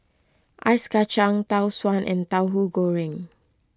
Ice Kacang Tau Suan and Tauhu Goreng